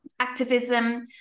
activism